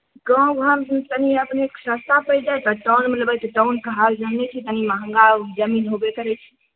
गाॅंव घरमे तनी अपनेकेॅं सस्ता परि जायत आ टाउनमे लेबै तऽ टाउनके हाल जानने छियै तनी महॅंगा जमीन होबे करै छै